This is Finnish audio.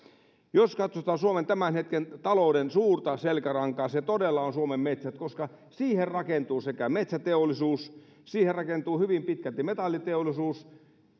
jos katsotaan suomen tämän hetken talouden suurta selkärankaa se todella on suomen metsät koska siihen rakentuu metsäteollisuus ja siihen rakentuu hyvin pitkälti metalliteollisuus